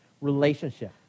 Relationship